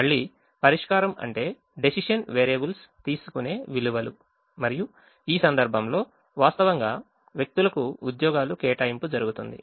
మళ్ళీ పరిష్కారం అంటే డెసిషన్ వేరియబుల్స్ తీసుకొనే విలువలు మరియు ఈ సందర్భంలో వాస్తవంగా వ్యక్తులకు ఉద్యోగాల కేటాయింపు జరుగుతుంది